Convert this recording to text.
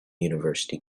university